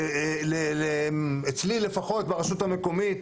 אצלי לפחות ברשות המקומית,